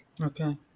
Okay